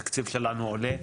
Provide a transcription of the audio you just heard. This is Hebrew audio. התקציב שלנו עולה,